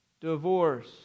Divorce